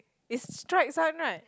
it's striped one right